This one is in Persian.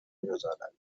میگذارد